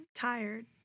tired